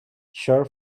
short